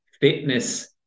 fitness